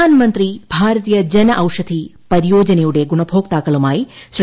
പ്രധാൻമന്ത്രി ഭാരതീയ ജന ഔഷധി പരിയോജനയുടെ ഗുണഭോക്താക്കളുമായി ശ്രീ